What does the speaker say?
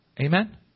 Amen